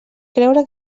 creure